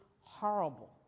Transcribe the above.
horrible